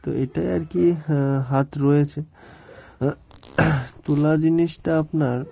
তো এটাই আর কি হাত রয়েছে তুলা জিনিসটা আপনার